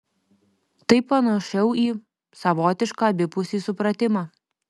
tai panašiau į savotišką abipusį supratimą